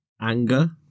Anger